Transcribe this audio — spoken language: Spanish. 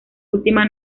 última